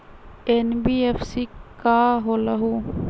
NBFC का होलहु?